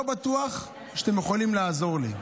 לא בטוח שאתם יכולים לעזור לי,